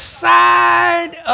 side